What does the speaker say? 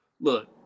look